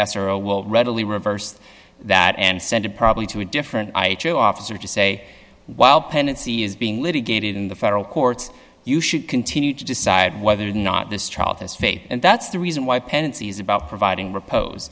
answer a will readily reverse that and send it probably to a different office or to say while pendency is being litigated in the federal courts you should continue to decide whether or not this child has faith and that's the reason why pensees about pro